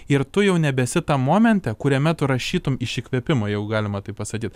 ir tu jau nebesi tam momente kuriame tu rašytum iš įkvėpimo jeigu galima taip pasakyt